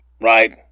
right